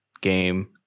game